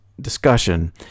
discussion